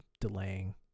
delaying